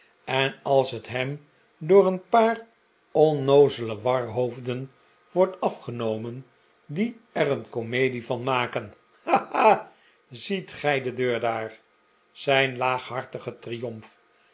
en als het hem door een paar onnoozele warhoofden wordt afgenomen die er een comedie van maken ha ha ziet gij de deur daar zijn laaghartige triomf